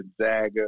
Gonzaga